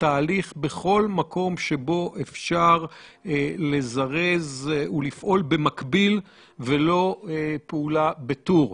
התהליך בכל מקום שבו אפשר לזרז ולפעול במקביל ולא פעולה בטור.